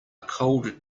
cold